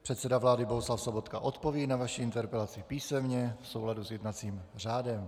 Předseda vlády Bohuslav Sobotka odpoví na vaši interpelaci písemně v souladu s jednacím řádem.